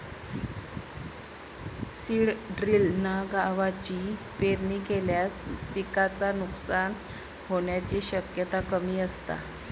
seed ड्रिलना गवाची पेरणी केल्यास पिकाचा नुकसान होण्याची शक्यता कमी असता